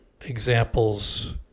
examples